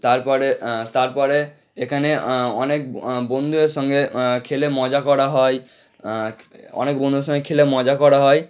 তারপরে তারপরে এখানে অনেক বন্ধুদের সঙ্গে খেলে মজা করা হয় অনেক বন্ধুদের সঙ্গে খেলে মজা করা হয়